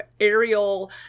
aerial